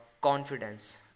confidence